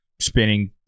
spinning